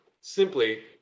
simply